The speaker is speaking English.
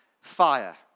Fire